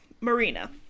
Marina